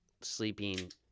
sleeping